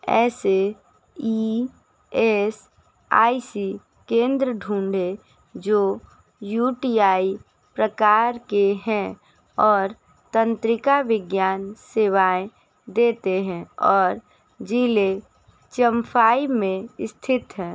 ऐसे E S I C केंद्र ढूँडे जो यू टी आई प्रकार के हैं और तंत्रिका विज्ञान सेवाएँ देते हैं और जिले चम्फाई में स्थित हैं